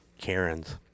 Karens